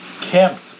camped